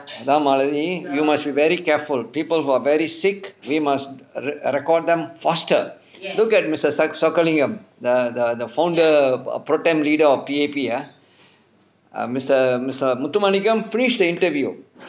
அதான்:athaan malathi you must be very careful people who are very sick we must err record them faster look at mister sak~ songalingam the the the founder part-time leader of P_A_P ah err mister mister muthumaligum finished the interview